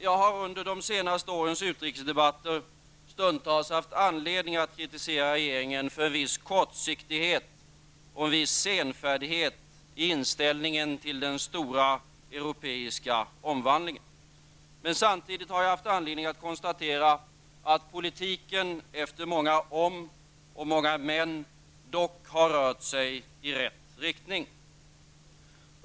Jag har under de senaste årens utrikesdebatter stundtals haft anledning att kritisera regeringen för en viss kortsiktighet och en viss senfärdighet i inställningen till den stora europeiska omvandlingen. Men samtidigt har jag haft anledning att konstatera att politiken efter många ''om'' och ''men'' dock rört sig i rätt riktning.